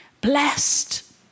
blessed